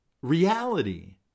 reality